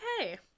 okay